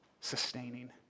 sustaining